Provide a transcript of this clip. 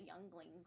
younglings